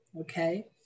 Okay